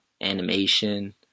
animation